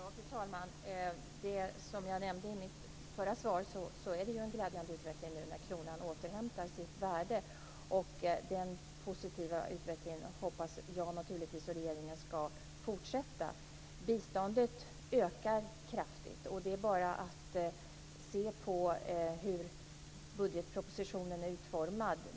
Fru talman! Som jag nämnde i mitt förra svar är det en glädjande utveckling när kronan återhämtar sitt värde. Jag och regeringen hoppas naturligtvis att den positiva utvecklingen ska fortsätta. Biståndet ökar kraftigt. Det är bara att se på hur budgetpropositionen är utformad.